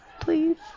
please